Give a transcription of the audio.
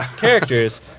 characters